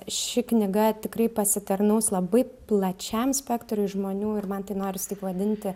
ši knyga tikrai pasitarnaus labai plačiam spektrui žmonių ir man tai noris taip vadinti